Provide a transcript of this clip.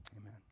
amen